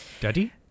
Daddy